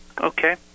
Okay